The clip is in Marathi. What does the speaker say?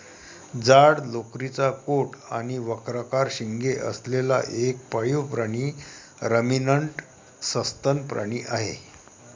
जाड लोकरीचा कोट आणि वक्राकार शिंगे असलेला एक पाळीव प्राणी रमिनंट सस्तन प्राणी आहे